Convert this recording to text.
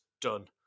Done